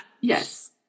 Yes